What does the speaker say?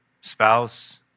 spouse